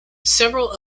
several